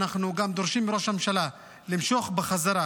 ואנחנו גם דורשים מראש הממשלה למשוך בחזרה